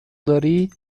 داری